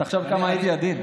תחשוב כמה הייתי עדין.